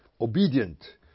obedient